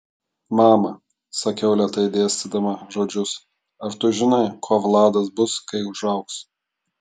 mama sakiau lėtai dėstydama žodžius ar tu žinai kuo vladas bus kai užaugs